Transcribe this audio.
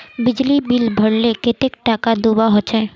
बिजली बिल भरले कतेक टाका दूबा होचे?